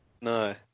No